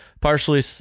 Partially